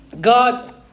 God